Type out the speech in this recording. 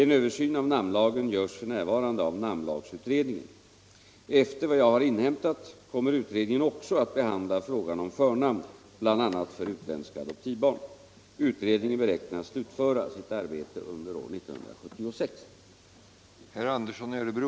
En översyn av namnlagen görs f.n. av namnlagsutredningen. Efter vad jag har inhämtat kommer utredningen också att behandla frågan om förnamn, bl.a. för utländska adoptivbarn. Utredningen beräknas slutföra sitt arbete under år 1976.